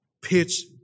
pitch